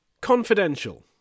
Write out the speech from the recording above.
confidential